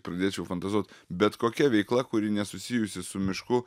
pradėčiau fantazuot bet kokia veikla kuri nesusijusi su mišku